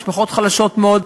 משפחות חלשות מאוד,